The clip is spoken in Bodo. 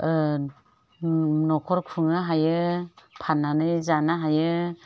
न'खर खुंनो हायो फान्नानै जानो हायो